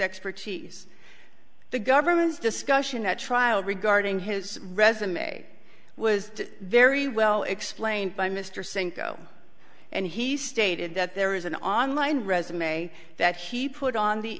expertise the government's discussion at trial regarding his resume was very well explained by mr sankoh and he stated that there is an online resume that he put on the